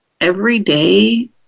everyday